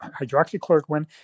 hydroxychloroquine